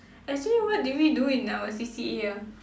actually what did we do in our C_C_A ah